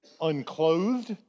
Unclothed